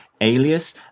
Alias